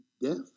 death